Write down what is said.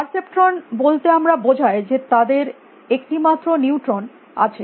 perceptron বলতে আমরা বোঝাই যে তাদের একটিমাত্র নিউট্রন আছে